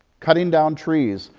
cutting down trees,